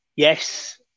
Yes